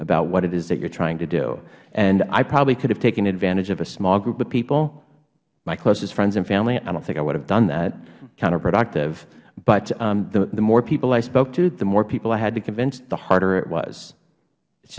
about what it's that you're trying to do and i probably could have taken advantage of a small group of people my closest friends and family i don't think i would have done that counterproductive but the more people i spoke to the more people i had to convince the harder it was it's